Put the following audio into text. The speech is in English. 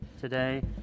today